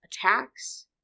attacks